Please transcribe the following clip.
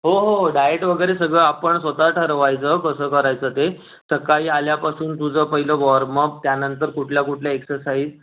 हो हो हो डायट वगैरे सगळं आपण स्वतः ठरवायचं कसं करायचं ते सकाळी आल्यापासून तुझं पहिलं वॉर्मप त्यानंतर कुठल्या कुठल्या एक्सरसाइज